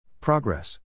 Progress